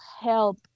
help